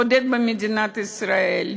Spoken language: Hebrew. בודד במדינת ישראל,